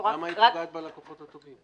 למה היית פוגעת בלקוחות הטובים?